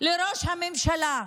לראש הממשלה: